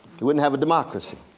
you wouldn't have a democracy.